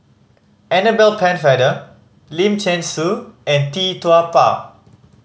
Annabel Pennefather Lim Thean Soo and Tee Tua Ba